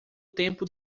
tempo